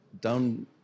down